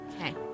Okay